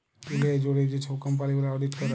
দুঁলিয়া জুইড়ে যে ছব কম্পালি গুলা অডিট ক্যরে